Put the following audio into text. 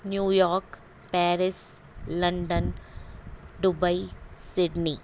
New York Paris London Dubai Sydney